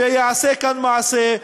שייעשה כאן מעשה,